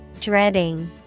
Dreading